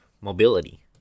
mobility